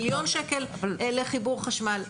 מיליון שקל לחיבור חשמל.